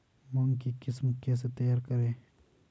मूंग की किस्म कैसे तैयार करें?